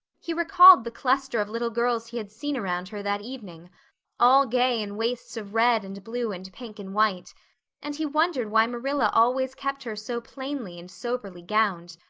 he recalled the cluster of little girls he had seen around her that evening all gay in waists of red and blue and pink and white and he wondered why marilla always kept her so plainly and soberly gowned.